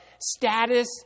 status